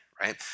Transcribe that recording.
right